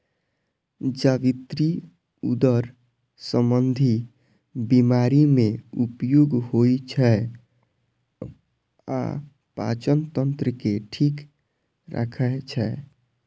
जावित्री उदर संबंधी बीमारी मे उपयोग होइ छै आ पाचन तंत्र के ठीक राखै छै